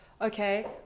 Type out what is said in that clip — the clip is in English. okay